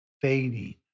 fading